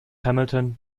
hamilton